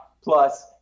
plus